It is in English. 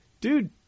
Dude